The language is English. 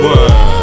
one